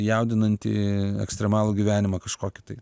jaudinantį ekstremalų gyvenimą kažkokį tai